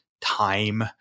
time